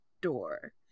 door